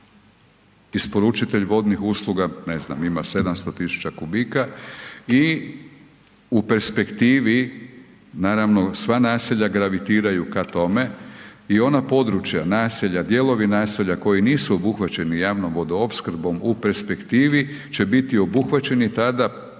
isporučitelj vodnih usluga ne znam ima 700 tisuća kubika i u perspektivi, naravno sva naselja gravitiraju ka tome i ona područja, naselja, dijelovi naselja koji nisu obuhvaćeni javnom vodoopskrbom u perspektivi će biti obuhvaćeni tada